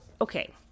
okay